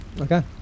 Okay